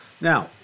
Now